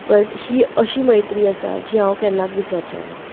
but ही अशी मैत्री आसा जी हांव केन्नाच विसरचेनां